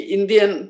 Indian